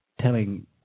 telling